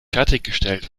fertiggestellt